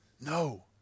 No